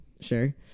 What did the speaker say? Sure